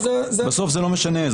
בסוף זה לא משנה.